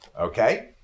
Okay